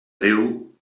déu